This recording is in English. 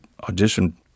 audition